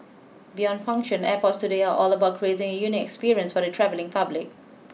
beyond function airports today are all about creating a unique experience for the travelling public